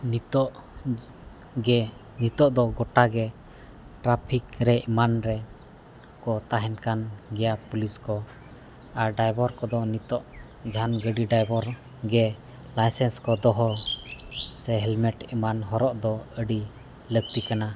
ᱱᱤᱛᱚᱜ ᱜᱮ ᱱᱤᱛᱚᱜ ᱫᱚ ᱜᱚᱴᱟᱜᱮ ᱨᱮ ᱮᱢᱟᱱ ᱨᱮᱠᱚ ᱛᱟᱦᱮᱱ ᱠᱟᱱ ᱜᱮᱭᱟ ᱯᱩᱞᱤᱥ ᱠᱚ ᱟᱨ ᱠᱚᱫᱚ ᱱᱤᱛᱚᱜ ᱡᱟᱦᱟᱱ ᱜᱟᱹᱰᱤ ᱜᱮ ᱠᱚ ᱫᱚᱦᱚ ᱥᱮ ᱮᱢᱟᱱ ᱦᱚᱨᱚᱜ ᱫᱚ ᱟᱹᱰᱤ ᱞᱟᱹᱠᱛᱤ ᱠᱟᱱᱟ